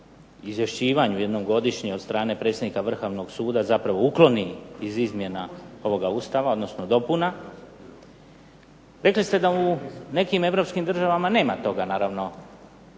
izvješćivanju jednom godišnje od strane predsjednika Vrhovnog suda zapravo ukloni iz izmjena ovoga Ustava, odnosno dopuna. Rekli ste da u nekim Europskim državama nema toga običaja.